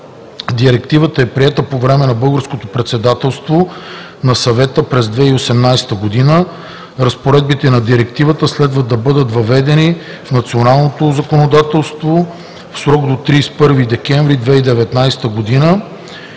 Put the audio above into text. Директивата е приета по време на Българското председателство на Съвета през 2018 г. Разпоредбите на Директивата следва да бъдат въведени в националното законодателство в срок до 31 декември 2019 г.